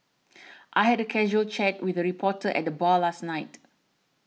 I had a casual chat with a reporter at the bar last night